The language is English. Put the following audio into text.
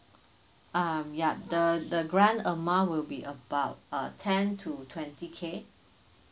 um yup the the grant amount will be about uh ten to twenty k